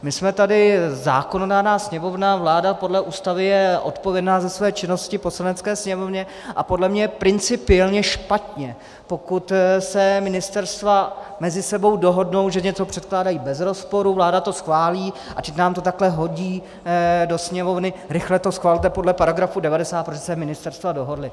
My jsme tady zákonodárná Sněmovna, vláda podle Ústavy je odpovědná za své činnosti Poslanecké sněmovně a podle mě je principiálně špatně, pokud se ministerstva mezi sebou dohodnou, že něco předkládají bez rozporu, vláda to schválí a nám to takhle hodí do Sněmovny, rychle to schvalte podle § 90, protože se ministerstva dohodla.